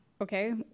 Okay